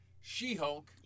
She-Hulk